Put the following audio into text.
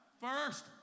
First